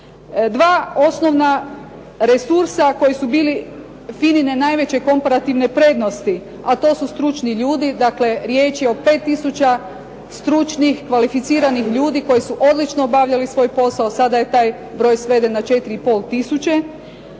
Dva osnovna resursa koji su bili FINA-ine najveće komparativne prednosti, a to su stručni ljudi dakle riječ je o 5000 stručnih, kvalificiranih koji su odlično obavljali svoj posao, a sada je taj broj sveden na 4,5